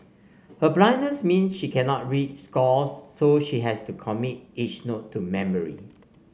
her blindness mean she cannot read scores so she has to commit each note to memory